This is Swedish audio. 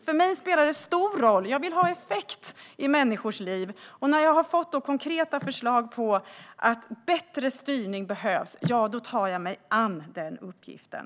För mig spelar det stor roll. Jag vill se att det har effekt i människors liv. När jag har fått konkreta förslag på att bättre styrning behövs tar jag mig an den uppgiften.